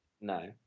No